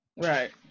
Right